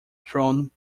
throne